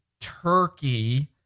Turkey